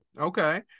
Okay